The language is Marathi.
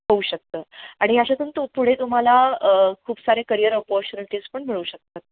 होऊ शकतं आणि अशातून तू पुढे तुम्हाला खूप सारे करिअर अपॉर्च्युनिटीज पण मिळू शकतात